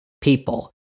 people